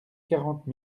quarante